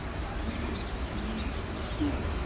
i needed some money to go to school.